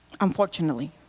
Unfortunately